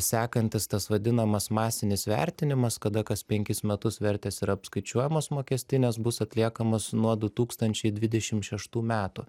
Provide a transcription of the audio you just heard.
sekantis tas vadinamas masinis vertinimas kada kas penkis metus vertės yra apskaičiuojamos mokestinės bus atliekamas nuo du tūkstančiai dvidešimt šeštų metų